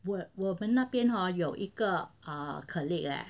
我我们那边 hor 有一个 err colleague leh